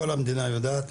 כל המדינה יודעת.